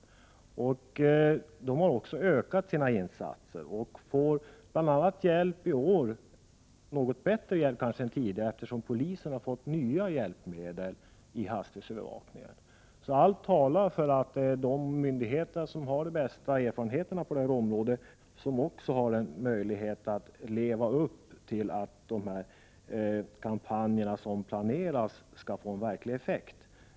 1988/89:104 De har också ökat sina insatser och får i år kanske något bättre hjälp än 26 april 1989 tidigare av polisen, som fått nya hjälpmedel för hastighetsövervakningen. Allt talar alltså för att det är de myndigheter som har de bästa erfarenheterna på det här området som också har möjlighet att se till att de kampanjer som planeras verkligen får effekt.